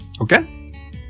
Okay